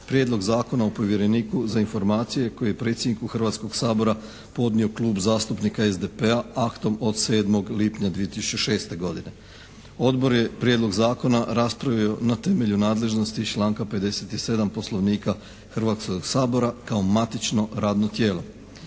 Prijedlog zakona o povjereniku za informacije koji je predsjedniku Hrvatskog sabora podnio Klub zastupnika SDP-a aktom od 7. lipnja 2006. godine. Odbor je prijedlog zakona raspravio na temelju nadležnosti iz članka 57. Poslovnika Hrvatskog sabora kao matično radno tijelo.